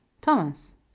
Thomas